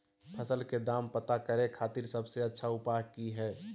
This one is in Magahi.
फसल के दाम पता करे खातिर सबसे अच्छा उपाय की हय?